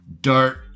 Dart